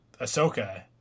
Ahsoka